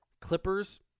Clippers